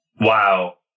Wow